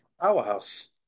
powerhouse